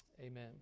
Amen